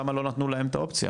למה לא נתנו להם את האופציה,